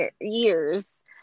years